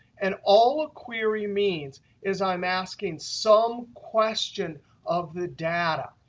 and all a query means is i'm asking some question of the data.